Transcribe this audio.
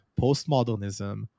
Postmodernism